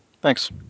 Thanks